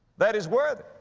that is worthy,